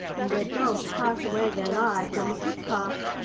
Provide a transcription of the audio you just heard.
and where dogs pass away their lives on the footpaths,